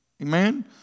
Amen